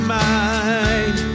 mind